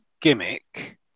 gimmick